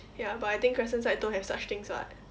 ya but I think crescent side don't have such things [what]